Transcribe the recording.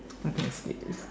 okay skip this